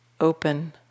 open